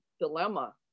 dilemma